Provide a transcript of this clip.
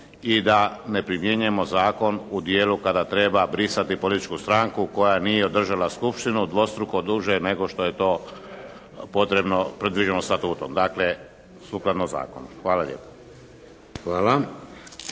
i da ne primjenjujemo zakon u dijelu kada treba brisati političku stranku koja nije održala skupštinu dvostruko duže nego što je to potrebno, predviđeno Statutom dakle, sukladno zakonu. Hvala lijepo.